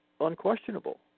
unquestionable